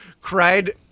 cried